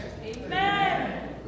Amen